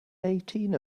eighteen